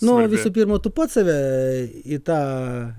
nu visų pirma tu pats save į tą